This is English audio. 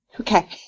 Okay